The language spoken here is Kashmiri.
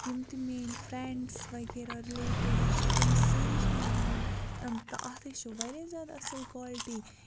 یِم تہِ میٲنۍ فرٮ۪نڈٕس وغیرہ رِلیٹِوٕز چھِ تم سٲری چھِ مےٚ وَنان تہٕ اَتھٕے چھُ واریاہ زیادٕ اَصٕل کالٹی